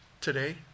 today